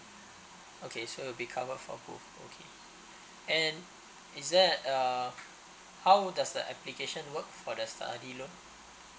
okay so it'll be covered for both okay and is there uh how does the application work for the study loan